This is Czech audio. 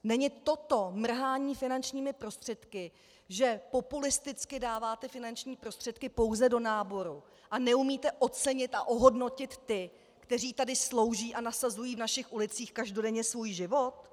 Není toto mrhání finančními prostředky, že populisticky dáváte finanční prostředky pouze do náboru a neumíte ocenit a ohodnotit ty, kteří tady slouží a nasazují v našich ulicích každodenně svůj život?